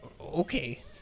Okay